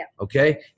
okay